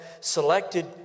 selected